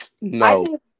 No